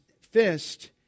fist